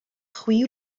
chwi